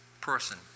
person